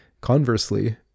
Conversely